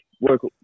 work